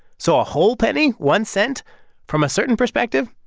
so a whole penny, one cent from a certain perspective,